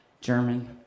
German